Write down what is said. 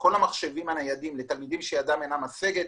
כל המחשבים הניידים לתלמידים שידם אינה משגת,